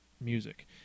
music